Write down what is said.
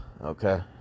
okay